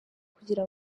kugira